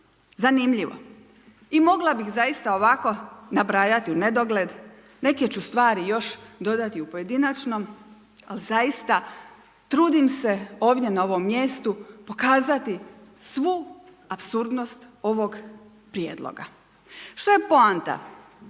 zanimljivo i mogla bi zaista ovako nabrajati u nedogled neke ću stvari još dodati u pojedinačnom ali zaista trudim se ovdje na ovom mjestu pokazati svu apsurdnost ovog prijedloga. Što je poanta